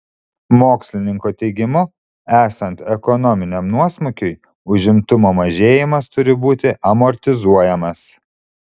mokslininko teigimu esant ekonominiam nuosmukiui užimtumo mažėjimas turi būti amortizuojamas